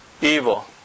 evil